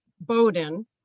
Bowden